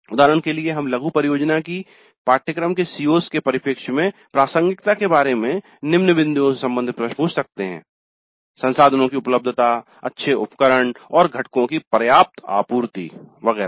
उदाहरण के लिए हम लघु परियोजना की पाठ्यक्रम के CO's के परिपेक्ष्य में प्रासंगिकता के बारे में निम्न बिन्दुओ से सम्बंधित प्रश्न पूछ सकते हैं संसाधनों की उपलब्धता अच्छे उपकरण और घटकों की पर्याप्त आपूर्ति वगैरह